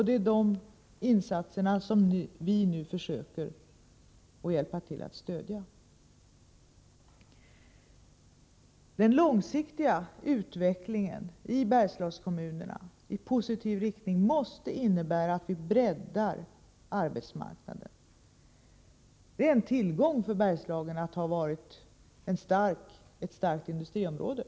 Det är de insatserna som vi nu försöker hjälpa till att stödja. Den långsiktiga utvecklingen i Bergslagskommunerna i positiv riktning måste innebära att vi breddar arbetsmarknaden. Det är en tillgång för Bergslagen att ha varit ett starkt industriområde.